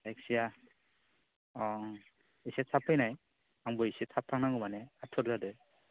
जायखिजाया अ एसे थाब फैनाय आंबो एसे थाब थांनांगौ माने आथुर जादों